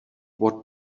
what